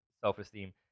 self-esteem